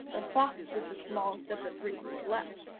the fox was the smallest of the three who were left,